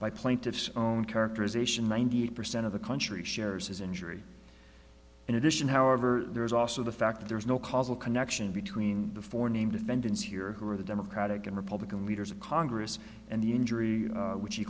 by plaintiff's own characterization ninety eight percent of the country shares his injury in addition however there is also the fact that there is no causal connection between before name defendants here who are the democratic and republican leaders of congress and the injury which he